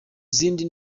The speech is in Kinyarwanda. zindi